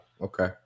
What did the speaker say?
Okay